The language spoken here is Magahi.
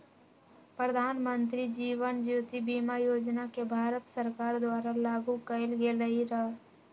प्रधानमंत्री जीवन ज्योति बीमा योजना के भारत सरकार द्वारा लागू कएल गेलई र